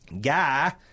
Guy